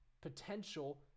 Potential